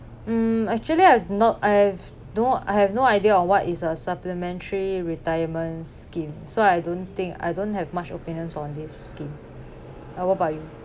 um actually I not I've no I have no idea of what is a supplementary retirement scheme so I don't think I don't have much opinions on this scheme how about you